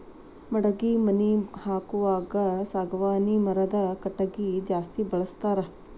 ಮಡಗಿ ಮನಿ ಹಾಕುವಾಗ ಸಾಗವಾನಿ ಮರದ ಕಟಗಿ ಜಾಸ್ತಿ ಬಳಸ್ತಾರ